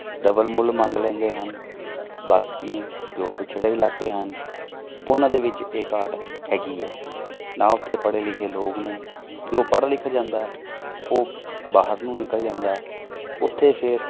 double ਮੁੱਲ ਮੰਗ ਲੈਂਦੇ ਹਨ ਬਾਕੀ ਜੋ ਪਿਛੜੇ ਇਲਾਕੇ ਹਨ ਉਨ੍ਹਾਂ ਦੇ ਵਿੱਚ ਇਹ ਘਾਟ ਹੈਗੀ ਹੈ ਨਾ ਉੱਥੇ ਪੜ੍ਹੇ ਲਿਖੇ ਲੋਕ ਨੇ ਜੋ ਪੜ੍ਹ ਲਿਖ ਜਾਂਦਾ ਉਹ ਬਾਹਰ ਨੂੰ ਨਿਕਲ ਜਾਂਦਾ ਉੱਥੇ ਫੇਰ